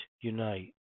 unite